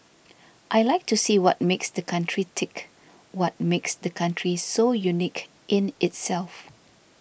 I like to see what makes the country tick what makes the country so unique in itself